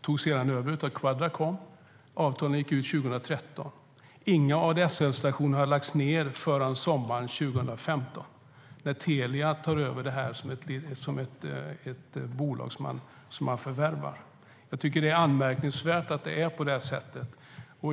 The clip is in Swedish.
togs över av Quadracom och gick ut 2013. Inga ADSL-stationer har lagts ned, fram till sommaren 2015 då Telia tar över det här som ett bolag som de förvärvar. Det är anmärkningsvärt att det är på det sättet.